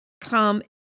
come